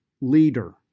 leader